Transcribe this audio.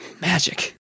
Magic